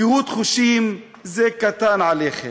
קהות חושים זה קטן עליכם.